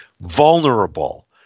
vulnerable